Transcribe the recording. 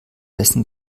dessen